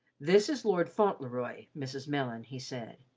this is lord fauntleroy, mrs. mellon, he said.